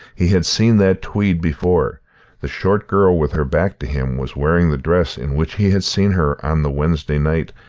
he had seen that tweed before the short girl with her back to him was wearing the dress in which he had seen her on the wednesday night,